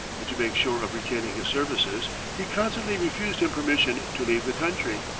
but to make sure of retaining his services, he constantly refused him permission to leave the country.